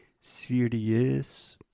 serious